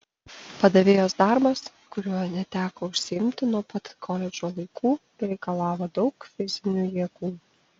padavėjos darbas kuriuo neteko užsiimti nuo pat koledžo laikų reikalavo daug fizinių jėgų